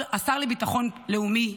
השר לביטחון לאומי,